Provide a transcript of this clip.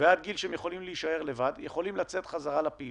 עד הגיל שבו הם יכולים להישאר לבד יוכלו לצאת לעבודה.